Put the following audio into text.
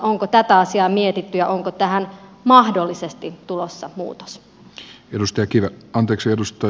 onko tätä asiaa mietitty ja onko tähän mahdollisesti tulossa muutos